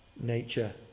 nature